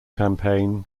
campaign